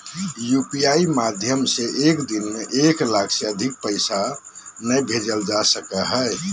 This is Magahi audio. यू.पी.आई माध्यम से एक दिन में एक लाख से अधिक पैसा नय भेजल जा सको हय